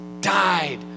died